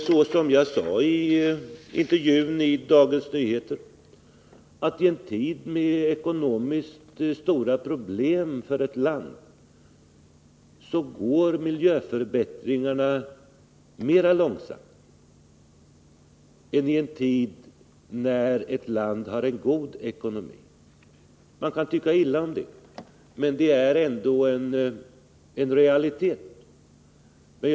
Såsom jag sade i intervjun i Dagens Nyheter går miljöförbättringarna i ett land långsammare när landet har stora ekonomiska problem än när det har en god ekonomi. Man kan tycka illa om det, men det är ändå en realitet.